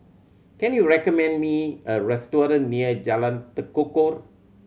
can you recommend me a restaurant near Jalan Tekukor